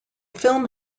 film